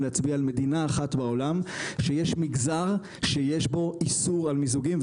להצביע על מדינה אחת בעולם שיש מגזר שיש בו איסור על מיזוגים,